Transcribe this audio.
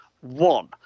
one